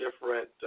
different